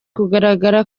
kugaragara